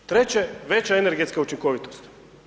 Treće, veća energetska učinkovitost.